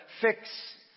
fix